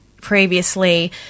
Previously